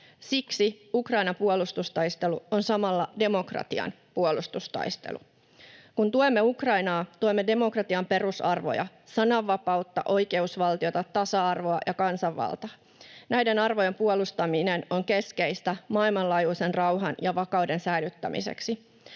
Siksi Ukrainan puolustustaistelu on samalla demokratian puolustustaistelu. Kun tuemme Ukrainaa, tuemme demokratian perusarvoja, sananvapautta, oikeusvaltiota, tasa-arvoa ja kansanvaltaa. Näiden arvojen puolustaminen on keskeistä maailmanlaajuisen rauhan ja vakauden säilyttämiseksi.